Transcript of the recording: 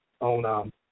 on